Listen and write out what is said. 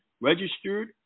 registered